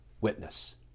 witness